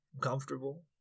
comfortable